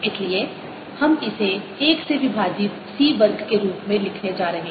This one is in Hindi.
इसलिए हम इसे 1 से विभाजित C वर्ग के रूप में लिखने जा रहे हैं